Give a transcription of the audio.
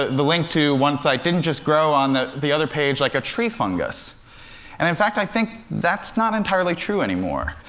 the link to one site didn't just grow on the the other page like a tree fungus and in fact, i think that's not entirely true anymore.